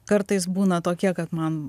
kartais būna tokie kad man